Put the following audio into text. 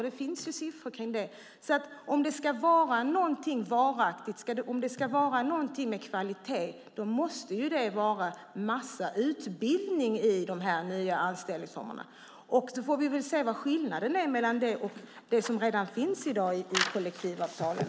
Det finns siffror på det. Om det ska vara någonting varaktigt och någonting med kvalitet måste det vara en massa utbildning i de nya anställningsformerna. Då får vi se vad skillnaden är mellan det och det som redan i dag finns i kollektivavtalen.